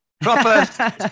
proper